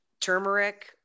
Turmeric